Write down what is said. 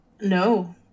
No